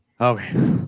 okay